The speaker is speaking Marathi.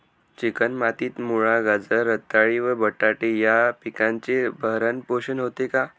चिकण मातीत मुळा, गाजर, रताळी व बटाटे या पिकांचे भरण पोषण होते का?